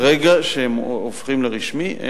ברגע שהם הופכים לרשמי,